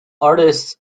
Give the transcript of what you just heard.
artists